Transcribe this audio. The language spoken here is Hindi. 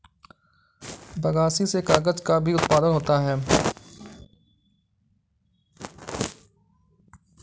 बगासी से कागज़ का भी उत्पादन होता है